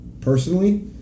personally